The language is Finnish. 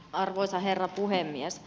arvoisa herra puhemies